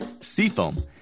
Seafoam